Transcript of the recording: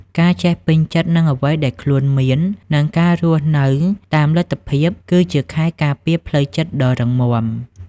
ការចេះពេញចិត្តនឹងអ្វីដែលខ្លួនមាន និងការរស់នៅតាមលទ្ធភាព គឺជាខែលការពារផ្លូវចិត្តដ៏រឹងមាំ។